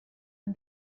and